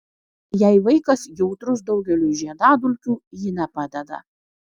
jei vaikas jautrus daugeliui žiedadulkių ji nepadeda